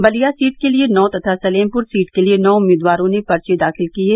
Ballia seat के लिये नौ और सलेमपुर सीट के लिये नौ उम्मीदवारों ने पर्व दाखिल किये